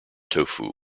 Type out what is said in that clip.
tofu